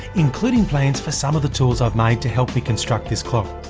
including plans for some of the tools i've made to help me construct this clock.